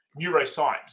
neuroscience